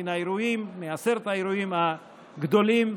מעשרת האירועים הגדולים,